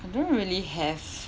I don't really have